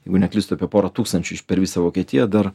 jeigu neklystu apie porą tūkstančių iš per visą vokietiją dar